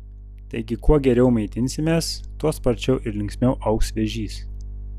taigi kuo geriau maitinsimės tuo sparčiau ir linksmiau augs vėžys